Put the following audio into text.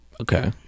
Okay